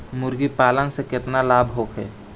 मुर्गीपालन से केतना लाभ होखे?